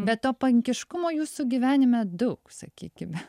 bet to pankiškumo jūsų gyvenime daug sakykime